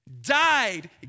died